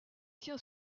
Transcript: tient